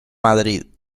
madrid